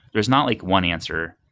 there's not like one answer.